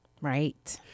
Right